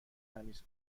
تمیز